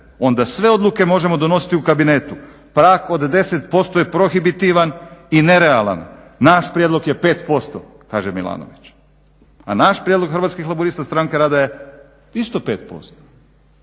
onda sve odluke možemo donositi u kabinetu. Prag od 10% je prohibitivan i nerealan. Naš prijedlog je 5% kaže Milanović. A naš prijedlog Hrvatskih laburista – stranke rada je isto 5%.